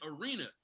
arena